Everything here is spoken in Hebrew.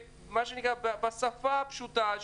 בשפה הפשוטה.